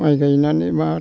माइ गायनानै मा